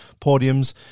podiums